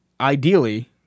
ideally